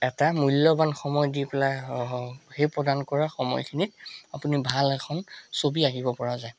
এটা মূল্যৱান সময় দি পেলাই সেই প্ৰদান কৰে সময়খিনিত আপুনি ভাল এখন ছবি আঁকিব পৰা যায়